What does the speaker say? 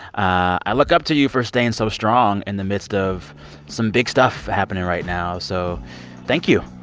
i look up to you for staying so strong in the midst of some big stuff happening right now. so thank you